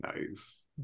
Nice